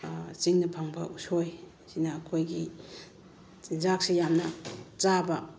ꯆꯤꯡꯗ ꯐꯪꯕ ꯎꯁꯣꯏꯁꯤꯅ ꯑꯩꯈꯣꯏꯒꯤ ꯆꯤꯟꯖꯥꯛꯁꯦ ꯌꯥꯝꯅ ꯆꯥꯕ